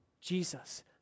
Jesus